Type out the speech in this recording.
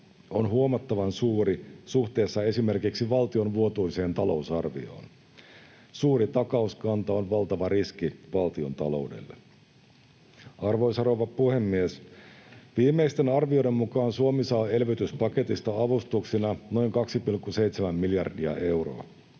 on huomattavan suuri suhteessa esimerkiksi valtion vuotuiseen talousarvioon. Suuri takauskanta on valtava riski valtiontaloudelle. Arvoisa rouva puhemies! Viimeisten arvioiden mukaan Suomi saa elvytyspaketista avustuksina noin 2,7 miljardia euroa